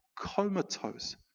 comatose